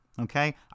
okay